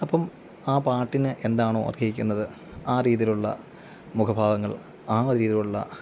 അപ്പോള് ആ പാട്ടിന് എന്താണോ അർഹിക്കുന്നത് ആ രീതിയിലുള്ള മുഖഭാവങ്ങൾ ആ രീതിയിലുള്ള